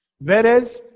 Whereas